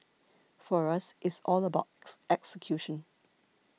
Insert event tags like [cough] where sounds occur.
for us it's all about [noise] execution